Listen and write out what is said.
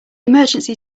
emergency